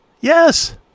Yes